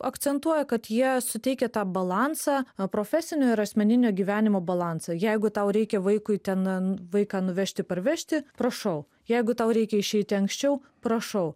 akcentuoja kad jie suteikia tą balansą profesinio ir asmeninio gyvenimo balansą jeigu tau reikia vaikui ten vaiką nuvežti parvežti prašau jeigu tau reikia išeiti anksčiau prašau